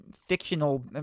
fictional